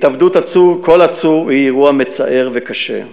התאבדות עצור, כל עצור, היא אירוע מצער וקשה.